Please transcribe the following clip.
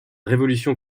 révolution